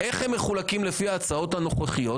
איך הם מחולקים לפי ההצעות הנוכחיות?